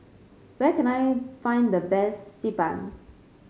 where can I find the best Xi Ban